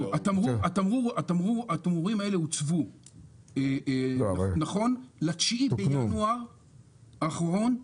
התמרורים האלה הוצבו ב-9 בינואר האחרון.